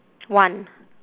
one